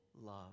love